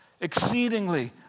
exceedingly